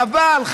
חבל.